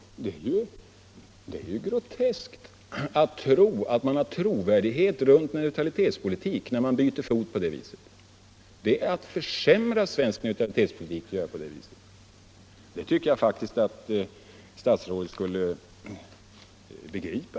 Det är ju groteskt att mena att man har trovärdighet runt neutralitetspolitik när man byter fot på det viset. Det är att försämra svensk neutralitetspolitik att göra på det viset. Det tycker jag faktiskt att statsrådet borde begripa.